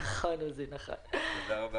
תודה.